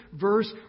verse